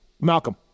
Malcolm